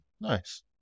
Nice